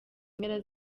mpera